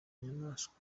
inyamaswa